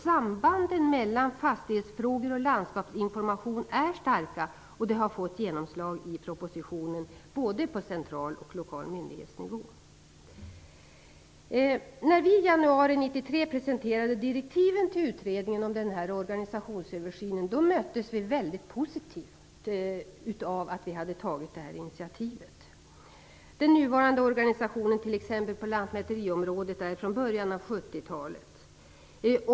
Sambanden mellan fastighetsfrågor och landskapsinformation är starka. Det har fått genomslag i propositionen på både central och lokal myndighetsnivå. När vi i januari 1993 presenterade direktiven till utredningen om en organisationsöversyn möttes det initiativet väldigt positivt. Den nuvarande organisationen på t.ex. lantmäteriområdet är från början av 70-talet.